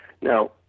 Now